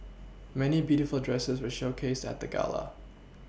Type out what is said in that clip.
many beautiful dresses were showcased at the gala